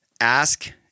ask